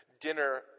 dinner